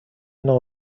نوع